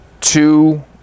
Two